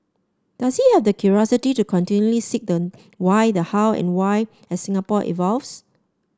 does he have the curiosity to continually seek the why the how and the why as Singapore evolves